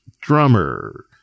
drummer